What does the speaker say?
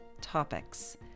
topics